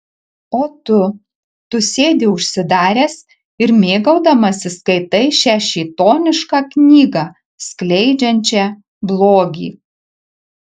o tu tu sėdi užsidaręs ir mėgaudamasis skaitai šią šėtonišką knygą skleidžiančią blogį